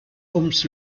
ums